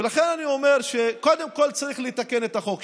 ולכן אני אומר שקודם כול צריך לתקן את החוק,